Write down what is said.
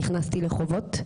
נכנסתי לחובות.